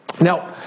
Now